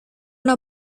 una